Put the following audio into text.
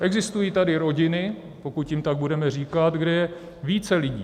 Existují tady rodiny, pokud jim tak budeme říkat, kde je více lidí.